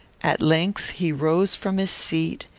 at length he rose from his seat,